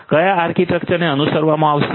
કયા આર્કિટેક્ચરને અનુસરવામાં આવશે